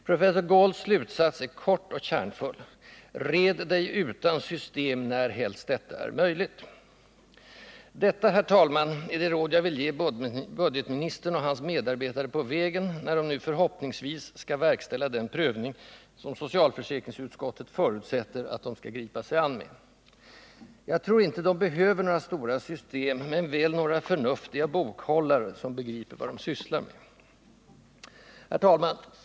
Professor Galls slutsats är kort och kärnfull: ”Red dig utan system närhelst det är möjligt.” Detta, herr talman, är det råd jag vill ge budgetministern och hans medarbetare på vägen när de nu, förhoppningsvis, skall verkställa den prövning som socialförsäkringsutskottet ”förutsätter” att de skall gripa sig an med. Jag tror inte de behöver några stora system men väl några förnuftiga bokhållare, som begriper vad de sysslar med. Herr talman!